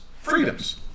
freedoms